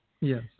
Yes